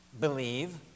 believe